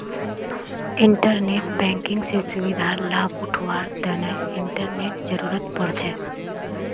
internet banking स सुविधार लाभ उठावार तना इंटरनेटेर जरुरत पोर छे